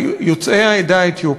יוצאי העדה האתיופית,